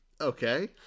Okay